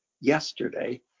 yesterday